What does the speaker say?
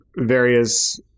various